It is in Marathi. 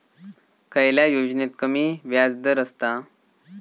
खयल्या योजनेत कमी व्याजदर असता?